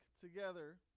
together